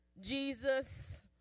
Jesus